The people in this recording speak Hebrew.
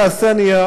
הנכבדה,